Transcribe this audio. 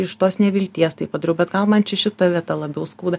iš tos nevilties tai padariau bet gal man čia šita vieta labiau skauda